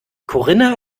corinna